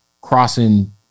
crossing